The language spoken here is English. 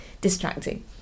distracting